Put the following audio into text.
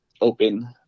open